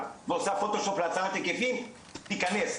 ועושה פוטושופ להצרת היקפים תיכנס,